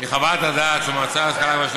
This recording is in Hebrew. מחוות הדעת של המועצה להשכלה גבוהה,